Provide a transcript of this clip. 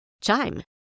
Chime